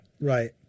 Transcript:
Right